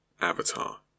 avatar